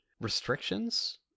restrictions